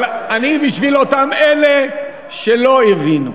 אבל אני בשביל אותם אלה שלא הבינו,